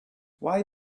why